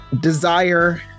desire